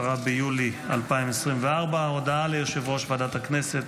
10 ביולי 2024. הודעה ליושב-ראש ועדת הכנסת.